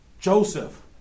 Joseph